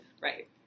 Right